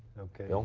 okay. all